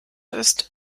ist